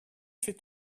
fais